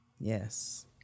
Yes